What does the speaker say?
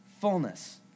fullness